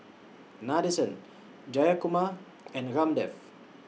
Nadesan Jayakumar and Ramdev